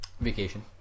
vacation